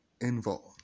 involved